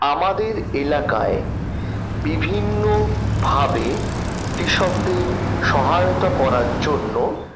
আমাদের এলাকায় বিভিন্নভাবে কৃষদের সহায়তা করার জন্য